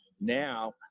now